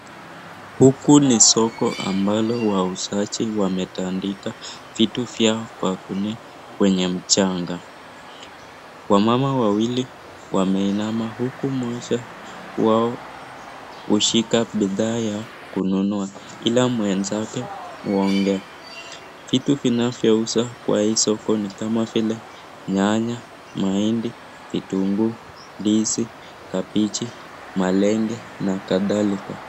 Huku ni soko ambalo wausaji wametandika vitu vyao kwa kwenye mchanga. Wamama wawili wameinama huku mmoja wao kushika bidhaa ya kununua ila mwenzake huongea. Vitu vinavyouzwa kwa hii soko ni kama vile nyanya, mahindi, vitunguu, ndizi, kabichi, malenge na kadhalika.